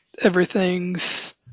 Everything's